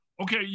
Okay